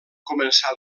començar